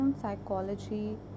psychology